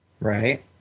Right